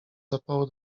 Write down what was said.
zapału